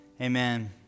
amen